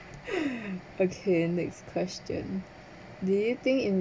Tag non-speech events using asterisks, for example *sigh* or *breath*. *breath* okay next question do you think in